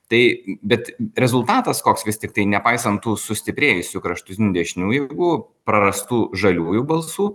tai bet rezultatas koks vis tiktai nepaisant tų sustiprėjusių kraštutinių dešiniųjų jėgų prarastų žaliųjų balsų